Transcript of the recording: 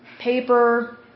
paper